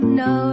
no